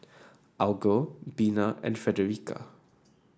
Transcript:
Algot Bina and Fredericka